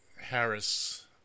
Harris